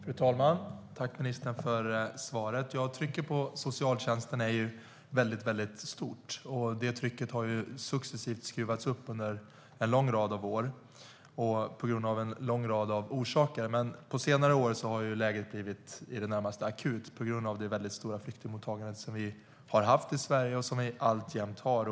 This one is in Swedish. Fru talman! Tack, ministern, för svaret! Trycket på socialtjänsten är väldigt, väldigt stort. Det trycket har av en lång rad orsaker successivt skruvats upp under en lång rad år, men på senare år har läget blivit i det närmaste akut på grund av det väldigt stora flyktingmottagande som vi haft i Sverige och som vi alltjämt har.